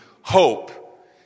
hope